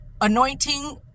anointing